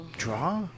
Draw